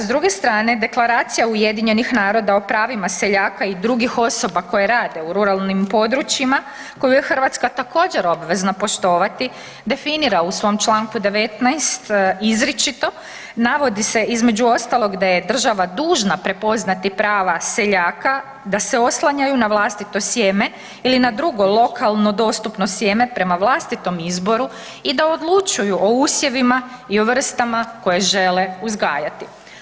S druge strane, Deklaracija UN-a o pravima seljaka i drugih osoba koje rade u ruralnim područjima, koju je Hrvatska također obvezna poštovati, definira u svom čl. 19. izričito, navodi se između ostalog da je država dužna prepoznati prava seljaka da se oslanjaju na vlastito sjeme ili na drugo lokalno dostupno sjeme prema vlastitom izboru i da odlučuju o usjevima i o vrstama koje žele uzgajati.